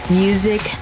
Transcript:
music